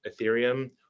Ethereum